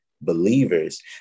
believers